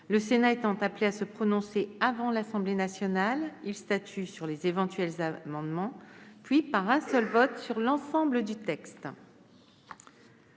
le Sénat étant appelé à se prononcer avant l'Assemblée nationale, il statue d'abord sur les amendements puis, par un seul vote, sur l'ensemble du texte.